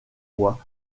bois